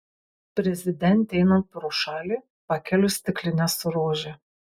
prezidentei einant pro šalį pakeliu stiklinę su rože